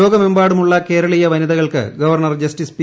ലോകമെമ്പാടുമുള്ള കേരളീയ വനിതകൾക്ക് ഗവർണർ ജസ്റ്റിസ് പി